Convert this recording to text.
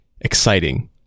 exciting